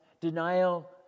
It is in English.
denial